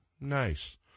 Nice